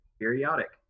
Periodic